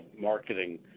marketing